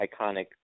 iconic